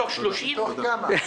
כפי שאתם רואים, בקצה